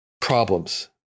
problems